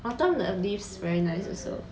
autumn the leaves very nice also